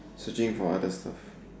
searching for other stuff